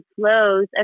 flows